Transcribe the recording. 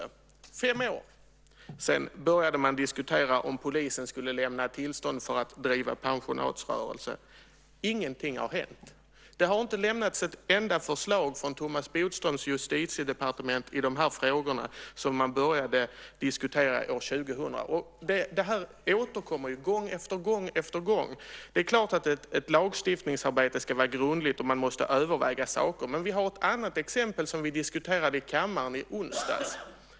Det tog fem år - sedan började man diskutera om polisen skulle lämna tillstånd för att driva pensionatsrörelse. Ingenting har hänt. Det har inte lämnats ett enda förslag från Thomas Bodströms justitiedepartement i de här frågorna, som man började diskutera år 2000. Det här återkommer ju gång efter gång. Det är klart att ett lagstiftningsarbete ska vara grundligt och att man måste överväga saker, men vi har ett annat exempel som vi diskuterade i kammaren i onsdags.